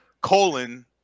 Colon